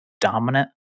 dominant